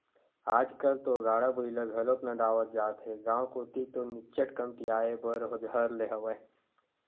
आजकल तो गाड़ा बइला घलोक नंदावत जात हे गांव कोती तो निच्चट कमतियाये बर धर ले हवय